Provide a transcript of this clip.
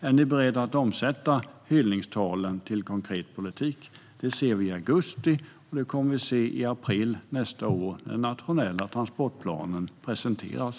Är ni beredda att omsätta hyllningstalen till konkret politik? Det ser vi i augusti, och det kommer vi att se i april nästa år när den nationella transportplanen presenteras.